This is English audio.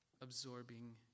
absorbing